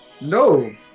No